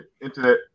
internet